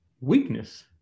weakness